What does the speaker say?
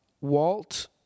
Walt